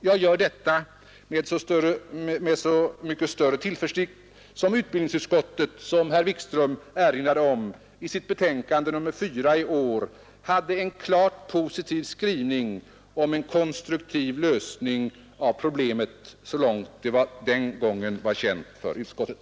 Jag gör detta med så mycket större tillförsikt som utbildningsutskottet, såsom herr Wikström erinrade om, i sitt betänkande nr 4 i år hade en klart positiv skrivning om en konstruktiv lösning av problemet så långt det den gången var känt för utskottet.